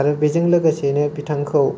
आरो बेजों लोगोसेनो बिथांखौ